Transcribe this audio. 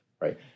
right